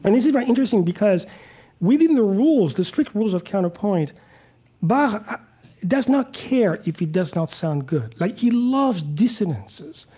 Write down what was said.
and this is very interesting, because within the rules, the strict rules of counterpoint bach does not care if it does not sound good. like, he loves dissonances.